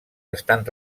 estan